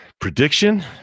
Prediction